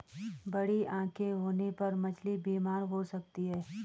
बड़ी आंखें होने पर मछली बीमार हो सकती है